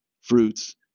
fruits